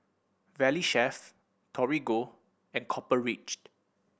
Valley Chef Torigo and Copper Ridge